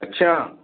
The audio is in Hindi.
अच्छा